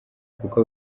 kuko